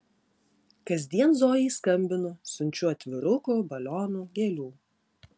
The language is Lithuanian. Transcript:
kasdien zojai skambinu siunčiu atvirukų balionų gėlių